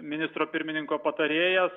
ministro pirmininko patarėjas